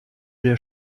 der